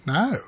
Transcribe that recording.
no